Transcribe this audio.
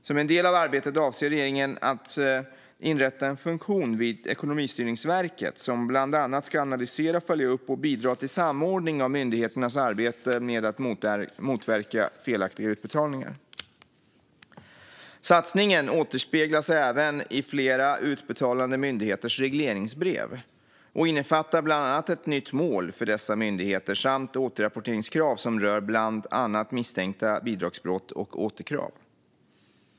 Som en del av arbetet avser regeringen att inrätta en funktion vid Ekonomistyrningsverket som bland annat ska analysera följa upp och bidra till samordning av myndigheternas arbete med att motverka felaktiga utbetalningar. Satsningen återspeglas även i flera utbetalande myndigheters regleringsbrev och innefattar bland annat ett nytt mål för dessa myndigheter samt återrapporteringskrav som rör bland annat misstänkta bidragsbrott och återkrav.